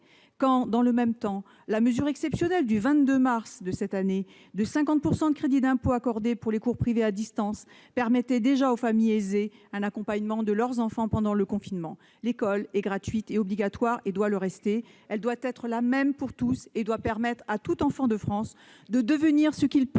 que, dans le même temps, la mesure exceptionnelle du 22 mars dernier, consistant à accorder un crédit d'impôt de 50 % pour les cours privés à distance, permettait déjà aux familles aisées d'assurer un accompagnement de leurs enfants pendant le confinement ? L'école est gratuite et obligatoire, et elle doit le rester. Elle doit être la même pour tous et permettre à tout enfant de France de devenir ce qu'il peut